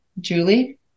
Julie